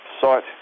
site